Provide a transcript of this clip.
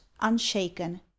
unshaken